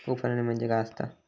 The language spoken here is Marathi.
उफणणी म्हणजे काय असतां?